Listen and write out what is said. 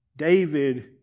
David